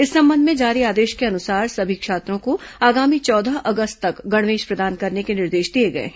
इस संबंध में जारी आदेश के अनुसार सभी छात्रों को आगामी चौदह अगस्त तक गणवेश प्रदान करने के निर्देश दिए गए हैं